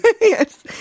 Yes